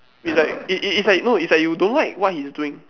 it's like it it it's like no it's like you don't like what he's doing